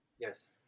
Yes